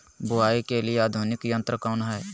बुवाई के लिए आधुनिक यंत्र कौन हैय?